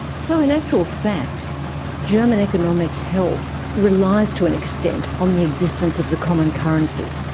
so in actual fact german economic health relies to an extent on the existence of the common currency?